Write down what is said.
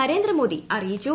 നരേന്ദ്രമോദി അറിയിച്ചു